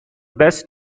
best